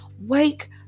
wake